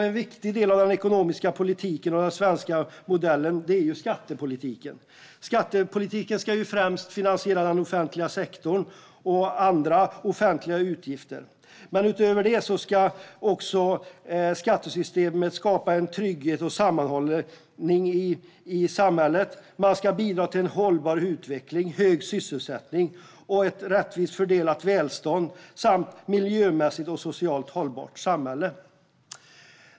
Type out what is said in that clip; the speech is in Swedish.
En viktig del av den ekonomiska politiken och den svenska modellen är skattepolitiken. Skattepolitiken ska främst finansiera den offentliga sektorn och andra offentliga utgifter. Utöver det ska skattesystemet skapa trygghet och sammanhållning i samhället. Det ska bidra till en till hållbar utveckling, hög sysselsättning och ett rättvist fördelat välstånd samt ett miljömässigt och socialt hållbart samhälle.